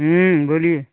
बोलिए